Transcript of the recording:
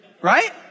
right